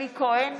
אלי כהן,